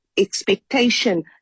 expectation